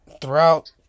throughout